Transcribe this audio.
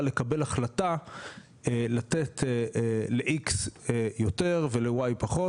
לקבל החלטה לתת ל-X יותר ול-Y פחות.